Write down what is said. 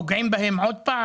מה היה בסדום?